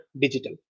digital